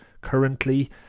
currently